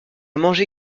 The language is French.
mangé